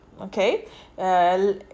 Okay